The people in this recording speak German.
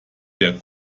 der